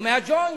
או מה"ג'וינט",